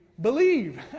Believe